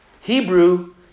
Hebrew